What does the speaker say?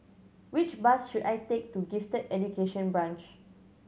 which bus should I take to Gifted Education Branch